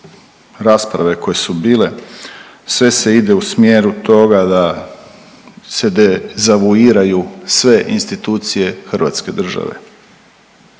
rasprave koje su bile sve se ide u smjeru toga da se dezavuiraju sve institucije hrvatske države.